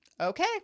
okay